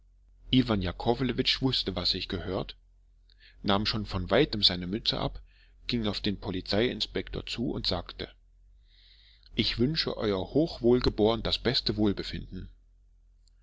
iwan jakowlewitsch wußte was sich gehört nahm schon von weitem seine mütze ab ging auf den polizei inspektor zu und sagte ich wünsche euer hochwohlgeboren das beste wohlbefinden